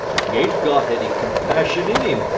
he ain't got any compassion in him,